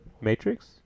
Matrix